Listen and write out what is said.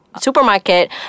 supermarket